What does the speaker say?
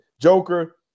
Joker